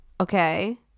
Okay